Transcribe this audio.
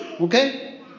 okay